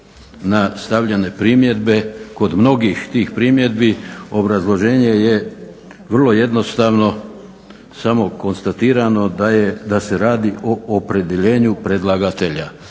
na stavljene primjedbe. Kod mnogih tih primjedbi obrazloženje je vrlo jednostavno samo konstatirano da se radi o opredjeljenju predlagatelja,